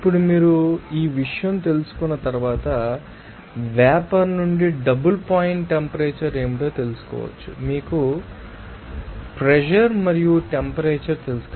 ఇప్పుడు మీరు ఈ విషయం తెలుసుకున్న తర్వాత వేపర్ నుండి డబుల్ పాయింట్ టెంపరేచర్ ఏమిటో తెలుసుకోవచ్చు మీకు ప్రెషర్ మరియు టెంపరేచర్ తెలుసు